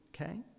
okay